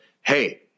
hey